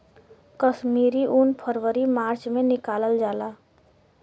कश्मीरी उन फरवरी मार्च में निकालल जाला